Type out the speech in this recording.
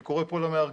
אני קורא פה למארגנים